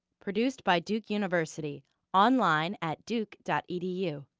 produced by duke university online at duke dot edu